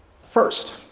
First